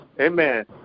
amen